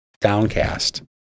downcast